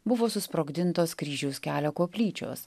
buvo susprogdintos kryžiaus kelio koplyčios